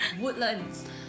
Woodlands